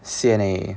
C_N_A